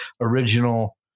original